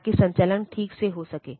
ताकि संचालन ठीक से हो सके